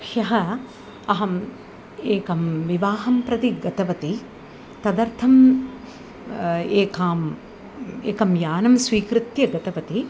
ह्यः अहम् एकं विवाहं प्रति गतवती तदर्थम् एकाम् एकं यानं स्वीकृत्य गतवती